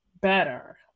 better